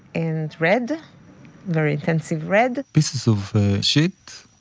and red, a very intensive red pieces of shit.